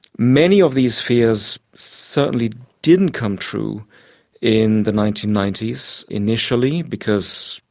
many of these fears certainly didn't come true in the nineteen ninety s initially because,